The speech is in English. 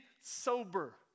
sober